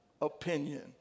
opinion